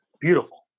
Beautiful